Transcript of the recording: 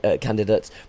candidates